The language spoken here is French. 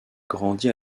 grandi